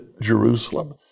Jerusalem